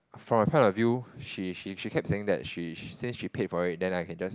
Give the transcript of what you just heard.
from a point of view she she she kept saying that she she said she paid for it then I can just